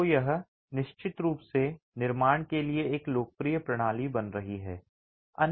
तो यह निश्चित रूप से निर्माण के लिए एक लोकप्रिय प्रणाली बन रही है